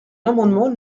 l’amendement